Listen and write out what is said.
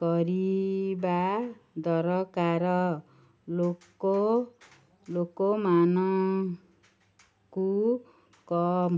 କରିବା ଦରକାର ଲୋକ ଲୋକମାନଙ୍କୁ କମ୍